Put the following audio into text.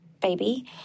baby